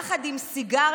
יחד עם סיגריות,